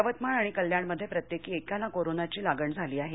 यवतमाळ आणि कल्याणमध्ये प्रत्येकी एकाला कोरोनाची लागण झाली आहे